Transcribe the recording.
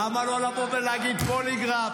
למה לו לבוא ולהגיד פוליגרף?